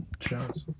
shots